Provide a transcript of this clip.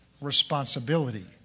responsibility